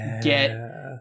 get